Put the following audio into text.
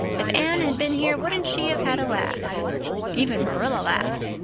if anne had been here wouldn't she have had a laugh even marilla laughed.